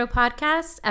podcast